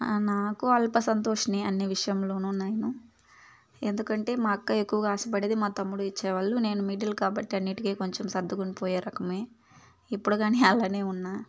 నాకు అల్ప సంతోషినే అన్ని విషయంలోనూ నేను ఎందుకంటే మా అక్క ఎక్కువగా ఆశపడేది మా తమ్ముడు ఇచ్చే వాళ్ళు నేను మిడిల్ కాబట్టి అన్నిటికీ కొంచెం సర్దుకుని పోయే రకమే ఇప్పుడు కానీ అలానే ఉన్నా